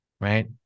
right